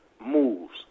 moves